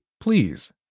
please